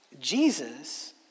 Jesus